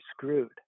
screwed